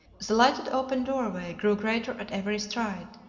the lighted open doorway grew greater at every stride.